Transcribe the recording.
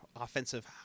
offensive